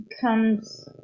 comes